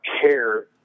care